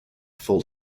full